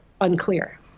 unclear